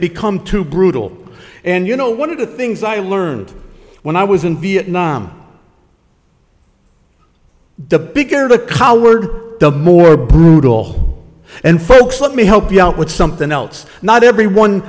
become too brutal and you know one of the things i learned when i was in vietnam the bigger the collared the more brutal and folks let me help you out with something else not everyone